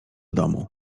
domu